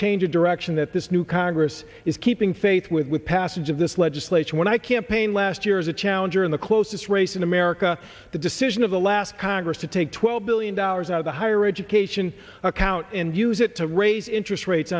change of direction that this new congress is keeping faith with passage of this legislation when i campaign last year as a challenger in the closest race in america the decision of the last congress to take twelve billion dollars out of the higher education account and use it to raise interest rates